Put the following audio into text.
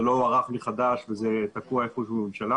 לא הוארך מחדש וזה תקוע איפה שהוא בממשלה,